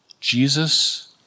Jesus